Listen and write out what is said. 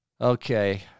Okay